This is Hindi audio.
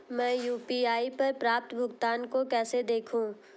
मैं यू.पी.आई पर प्राप्त भुगतान को कैसे देखूं?